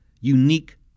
unique